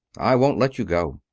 i won't let you go.